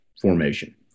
formation